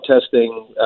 testing